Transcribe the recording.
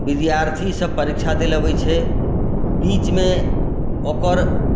विद्यार्थीसभ परीक्षा दै लेल अबैत छै बीचमे ओकर